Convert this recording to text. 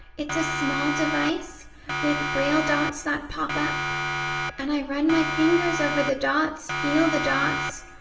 it's a small device with braille dots that pop up and i run my fingers over the dots, feel the dots,